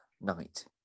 night